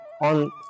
on